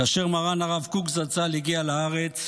כאשר מרן הרב קוק זצ"ל הגיע לארץ,